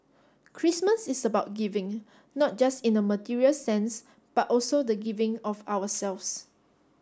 christmas is about giving not just in a material sense but also the giving of ourselves